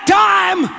time